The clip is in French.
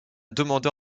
demander